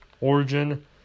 origin